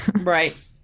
right